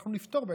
אנחנו נפתור,